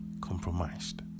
compromised